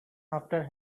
after